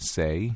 say